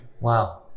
Wow